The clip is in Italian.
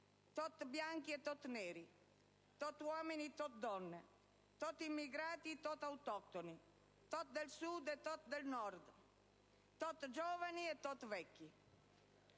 tot bianchi e tot neri, tot uomini e tot donne, tot immmigrati, tot autoctoni, tot del Sud e tot del Nord, tot giovani e tot vecchi.